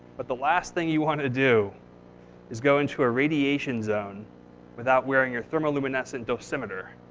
but the last thing you want to do is go into a radiation zone without wearing your thermoluminescent dosimeter.